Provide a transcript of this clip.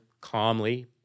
calmly